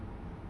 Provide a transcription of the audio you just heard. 对